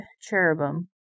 cherubim